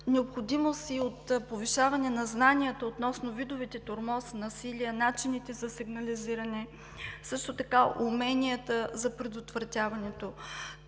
Необходимо е и повишаване на знанията относно видовете тормоз, насилие, начините за сигнализиране, също така уменията за предотвратяването.